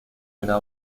una